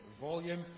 volume